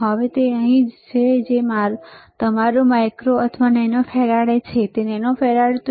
તો હવે તે અહીં છે જે તમારું માઇક્રો અથવા નેનો ફરાડે છે તે નેનો ફરાડે છે